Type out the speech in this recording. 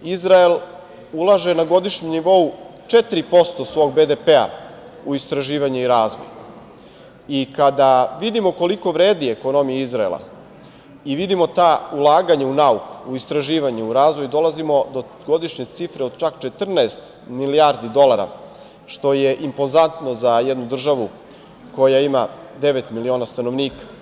Izrael ulaže na godišnjem nivou 4% svog BDP-a u istraživanje i razvoj i kada vidimo koliko vredi ekonomija Izraela i vidimo ta ulaganja u nauku, u istraživanje, u razvoj, dolazimo do godišnje cifre od čak 14 milijardi dolara, što je impozantno za jednu državu koja ima devet miliona stanovnika.